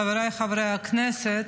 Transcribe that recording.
חבריי חברי הכנסת,